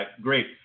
great